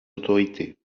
autorités